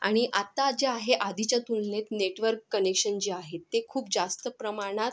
आणि आत्ता जे आहे आधीच्या तुलनेत नेटवर्क कनेक्शन जे आहेत ते खूप जास्त प्रमाणात